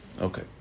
Okay